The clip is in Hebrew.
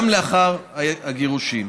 גם לאחר הגירושין.